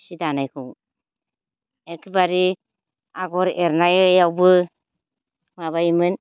सि दानायखौ एखेबारे आगर एरनायावबो माबायोमोन